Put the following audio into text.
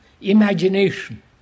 imagination